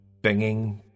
Binging